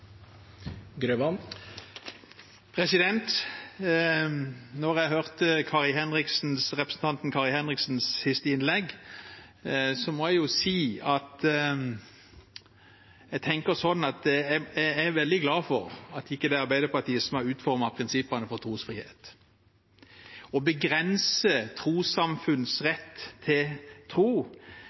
Kari Henriksens siste innlegg, må jeg si at jeg er veldig glad for at det ikke er Arbeiderpartiet som har utformet prinsippene for trosfrihet. Å begrense trossamfunns rett til tro